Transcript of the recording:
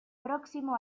próximo